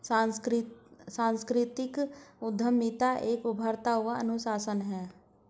सांस्कृतिक उद्यमिता एक उभरता हुआ अनुशासन है